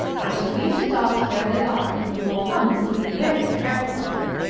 i shall leave the dogs where they are, if you will promise to be very careful of them,